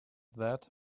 that